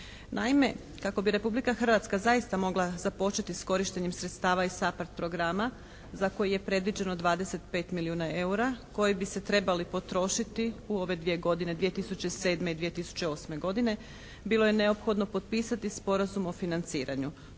Naime kako bi Republika Hrvatska zaista mogla započeti s korištenjem sredstava iz SAPARD programa za koji je predviđeno 25 milijuna EUR-a koji bi se trebali potrošiti u ove dvije godine, 2007. i 2008. godine, bilo je neophodno potpisati Sporazum o financiranju.